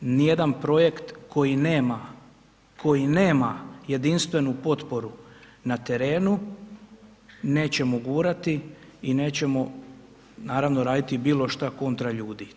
Nijedan projekt koji nema jedinstvenu potporu na terenu nećemo gurati i nećemo naravno, raditi bilo što kontra ljudi.